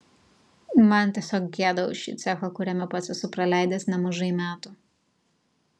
man tiesiog gėda už šį cechą kuriame pats esu praleidęs nemažai metų